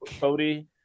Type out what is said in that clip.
cody